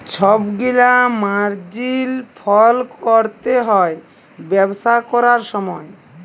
ছব গিলা মার্জিল ফল ক্যরতে হ্যয় ব্যবসা ক্যরার সময়